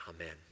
amen